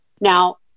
Now